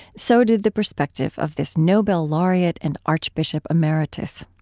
so did the perspective of this nobel laureate and archbishop emeritus.